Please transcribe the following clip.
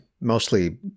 mostly